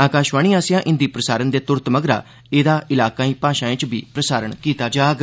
आकाशवाणी आसेआ हिंदी प्रसारण दे तुरत मगरा एह् इलाकाई भाषाएं च बी प्रसारण कीता जाग